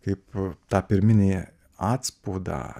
kaip tą pirminėje atspaudą